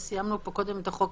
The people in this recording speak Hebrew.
סיימנו פה קודם את חוק